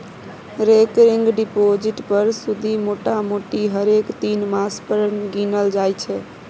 recurring deposit पर सुदि मोटामोटी हरेक तीन मास पर गिनल जाइ छै